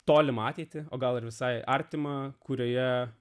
tolimą ateitį o gal ir visai artimą kurioje